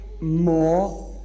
more